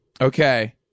Okay